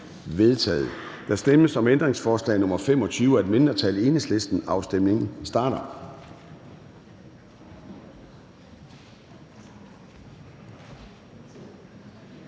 Der stemmes om ændringsforslag nr. 9 af et mindretal (EL). Afstemningen starter.